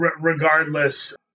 Regardless